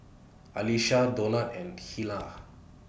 Alisha Donat and Hilah